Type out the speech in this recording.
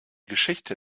geschichte